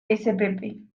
spp